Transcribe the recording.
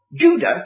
Judah